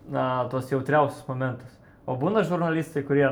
na tuos jautriausius momentus o būna žurnalistai kurie